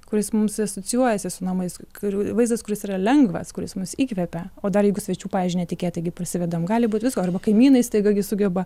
kuris mums asocijuojasi su namais kurių vaizdas kuris yra lengvas kuris mus įkvepia o dar jeigu svečių pavyzdžiui netikėtai gi parsivedam gali būt visko arba kaimynai staiga gi sugeba